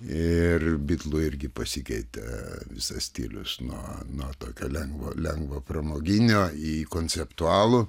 ir bitlų irgi pasikeitė visas stilius nuo nuo tokio lengvo lengvo pramoginio į konceptualų